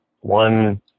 one